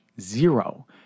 zero